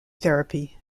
therapy